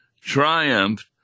triumphed